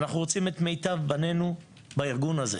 אנחנו רוצים את מיטב בנינו בארגון הזה,